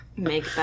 Make